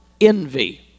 envy